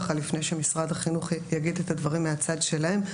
לפני שמשרד החינוך יגיד את הדברים מהצד שלהם.